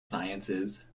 sciences